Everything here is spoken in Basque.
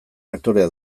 aktorea